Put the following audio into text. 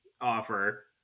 offer